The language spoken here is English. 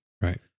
Right